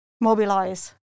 mobilize